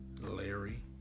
Larry